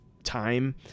time